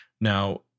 Now